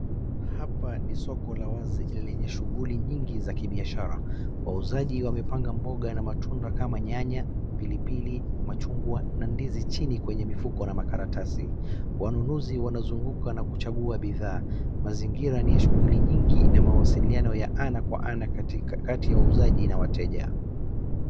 Hapa ni soko la wazi lenye shughuli nyingi za kibiashara, wauzaji wamepanga mboga na matunda kama nyanya, pilipili, machungwa na ndizi chini kwenye mifuko na karatasi, wanunuzi wanazunguka na kuchagua bidhaa, mazingira ni ya shughuli nyingi na mawasiliano ya ana kwa ana kati ya wauzaji na wateja.